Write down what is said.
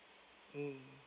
mm